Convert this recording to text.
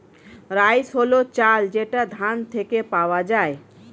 rice হল চাল যেটা ধান থেকে পাওয়া যায়